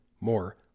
more